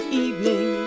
evening